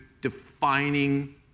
defining